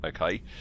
Okay